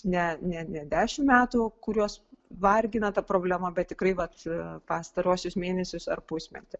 ne ne ne dešimt metų kuriuos vargina ta problema bet tikrai vat pastaruosius mėnesius ar pusmetį